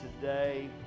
today